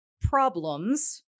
problems